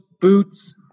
boots